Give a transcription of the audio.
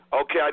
Okay